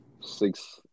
six